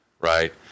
right